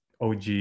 OG